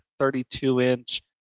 32-inch